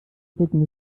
bücken